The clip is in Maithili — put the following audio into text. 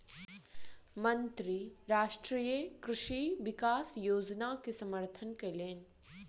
मंत्री राष्ट्रीय कृषि विकास योजना के समर्थन कयलैन